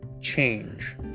change